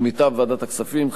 ומטעם ועדת הכספים,